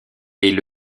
est